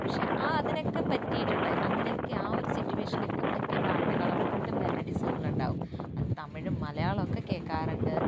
പക്ഷേ ആ അതിനൊക്കെ പറ്റിയിട്ടുള്ള അതിനൊക്കെ ആ ഒരു സിറ്റുവേഷനോക്കെ പറ്റിയ പാട്ടുകൾ ഓൾഡ് മെലഡി സോങ്ങുകൾ ഉണ്ടാകും അത് തമിഴും മലയാളവും ഒക്കെ കേൾക്കാറുണ്ട്